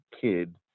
kid